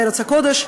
בארץ הקודש.